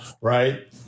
right